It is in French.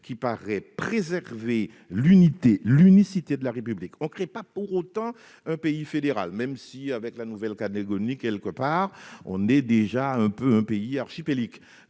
qui paraît préserver l'unicité de la République. On ne crée pas pour autant un pays fédéral, même si, avec la Nouvelle-Calédonie, on est déjà quelque part un pays archipélique.